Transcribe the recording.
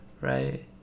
right